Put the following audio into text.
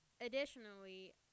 additionally